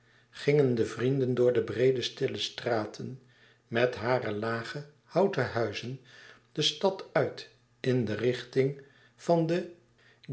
gingen de vrienden door de breede stille straten met hare lage houten huizen de stad uit in de richting van den